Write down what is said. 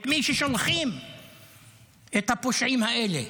את מי ששולחים את הפושעים האלה.